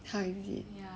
how is it